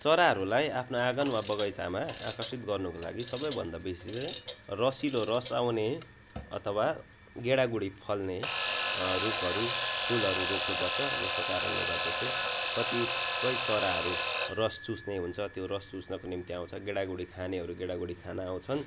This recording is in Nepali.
चराहरूलाई आफ्नो आँगन वा बगैँचामा आकर्षित गर्नुको लागि सबैभन्दा बेसी चाहिँ रसिलो रस आउने अथवा गेडागुडी फल्ने रूखहरू फुलहरू रोप्नु पर्छ जसको कारणले गर्दा चाहिँ कतिपय चराहरू रस चुस्ने हुन्छ त्यो रस चुस्नका निम्ति आउँछ गेडा गुडी खानेहरू गेडा गुडी खान आउँछन्